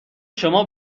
شما